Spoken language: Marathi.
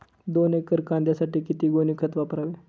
दोन एकर कांद्यासाठी किती गोणी खत वापरावे?